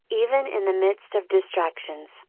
even in the midst of distractions,